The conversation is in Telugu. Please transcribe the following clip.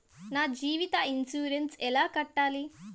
నా జీవిత ఇన్సూరెన్సు ఎలా కట్టాలి?